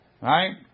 Right